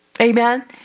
Amen